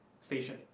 station